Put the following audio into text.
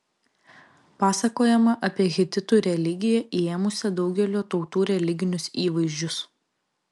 pasakojama apie hetitų religiją įėmusią daugelio tautų religinius įvaizdžius